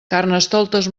carnestoltes